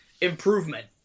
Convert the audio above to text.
Improvement